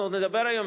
אנחנו עוד נדבר היום,